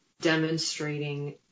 demonstrating